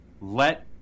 let